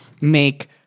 make